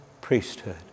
priesthood